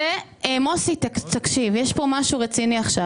שר אוצר לא הציג את זה כך.